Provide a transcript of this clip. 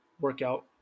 workout